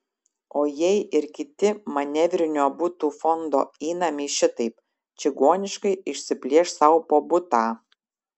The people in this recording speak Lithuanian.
o jei ir kiti manevrinio butų fondo įnamiai šitaip čigoniškai išsiplėš sau po butą